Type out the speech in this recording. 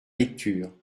lecture